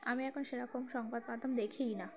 আমি এখন সেরকম সংবাদ মাধ্যম দেখিই না